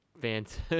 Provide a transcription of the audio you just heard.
Fans